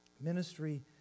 ministry